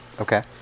okay